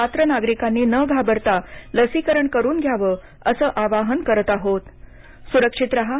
पात्र नागरिकांनी न घाबरता लसीकरण करून घ्यावं असं आवाहन करत आहोतसुरक्षित राहा